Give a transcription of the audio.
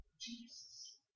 Jesus